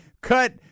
cut